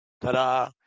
Ta-da